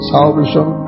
Salvation